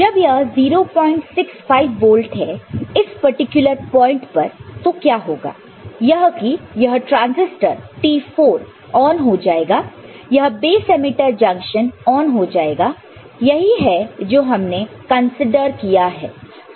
जब यह 065 वोल्ट है इस पर्टिकुलर पॉइंट पर तो क्या होगा यह की यह ट्रांसिस्टर T4 ऑन हो जाएगा यह बेस एमिटर जंक्शन ऑन हो जाएगा यही है जो हमने कंसीडर किया है